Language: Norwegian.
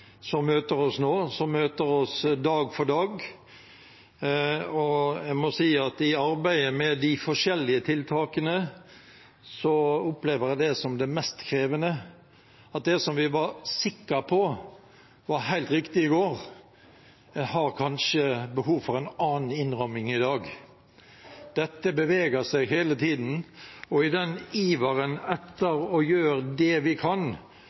arbeidet med de forskjellige tiltakene opplever jeg som mest krevende at det som vi var sikre på var helt riktig i går, kanskje har behov for en annen innramming i dag. Dette beveger seg hele tiden, og i iveren etter å gjøre det vi kan